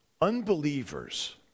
unbelievers